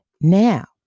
Now